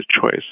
choice